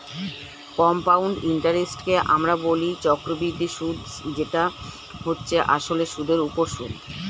compound ইন্টারেস্টকে আমরা বলি চক্রবৃদ্ধি সুদ যেটা হচ্ছে আসলে সুদের উপর সুদ